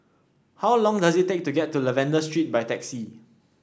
how long does it take to get to Lavender Street by taxi